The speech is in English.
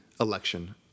election